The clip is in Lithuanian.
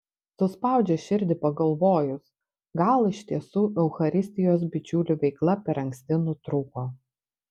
suspaudžia širdį pagalvojus gal iš tiesų eucharistijos bičiulių veikla per anksti nutrūko